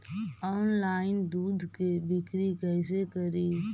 Online दुध के बिक्री कैसे करि?